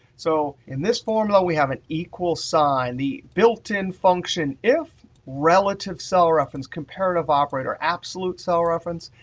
so in this formula, we have an equal sign, the built-in function if, relative cell reference, comparative operator, absolute cell reference,